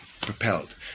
propelled